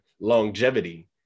longevity